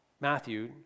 Matthew